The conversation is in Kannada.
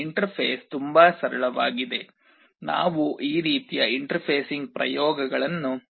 ಇಂಟರ್ಫೇಸ್ ತುಂಬಾ ಸರಳವಾಗಿದೆ ನಾವು ಈ ರೀತಿಯ ಇಂಟರ್ಫೇಸಿಂಗ್ ಪ್ರಯೋಗಗಳನ್ನು ನಂತರ ನೋಡುತ್ತೇವೆ